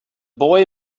boy